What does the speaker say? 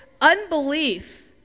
unbelief